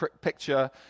picture